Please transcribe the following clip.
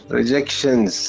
Rejections